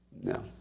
No